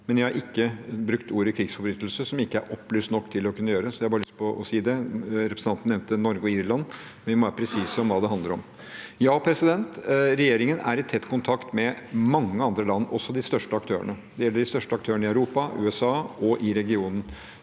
men jeg har ikke brukt ordet «krigsforbrytelse», som jeg ikke er opplyst nok til å kunne gjøre. Jeg hadde bare lyst til å si det. Representanten nevnte Norge og Irland, men vi må være presise om hva det handler om. Regjeringen er i tett kontakt med mange andre land, også de største aktørene. Det gjelder de største aktørene i Europa, USA og i regionen.